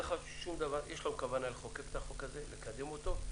יש לנו כוונה לחוקק את החוק הזה ולקדם אותו,